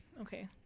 okay